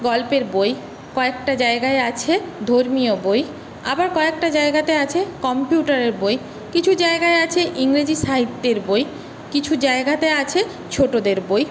গল্পের বই কয়েকটা জায়গায় আছে ধর্মীয় বই আবার কয়েকটা জায়গাতে আছে কম্পিউটারের বই কিছু জায়গায় আছে ইংরেজি সাহিত্যের বই কিছু জায়গাতে আছে ছোটদের বই